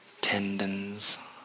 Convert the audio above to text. tendons